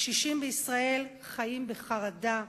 הקשישים בישראל חיים בחרדה,